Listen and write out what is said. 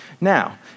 Now